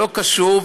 שלא קשור,